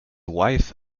wife